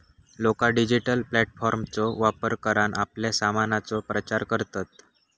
लोका डिजिटल प्लॅटफॉर्मचा वापर करान आपल्या सामानाचो प्रचार करतत